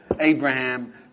Abraham